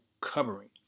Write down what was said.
covering